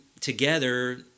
together